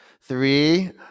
Three